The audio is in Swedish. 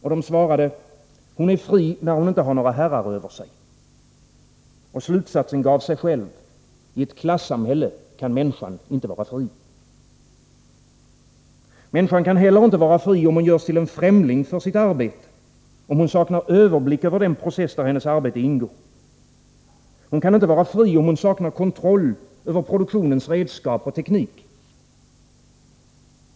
Och de svarade: Hon är fri, när hon inte har några herrar över sig. Och slutsatsen gav sig själv: I ett klassamhälle kan människan inte vara fri. Människan kan heller inte vara fri, om hon görs till en främling för sitt arbete, om hon saknar överblick över den process där hennes arbete ingår. Hon kan inte vara fri, om hon saknar kontroll över produktionens redskap och teknik.